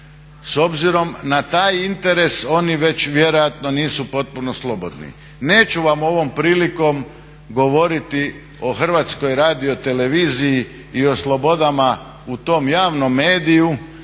S obzirom na taj interes oni već vjerojatno nisu potpuno slobodni. Neću vam ovom prilikom govoriti o HRT-u i o slobodama u tom javnom mediju